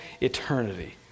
eternity